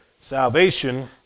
salvation